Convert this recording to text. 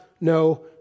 no